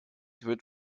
wird